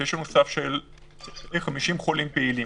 כשיש לנו סף של 50 חולים פעילים.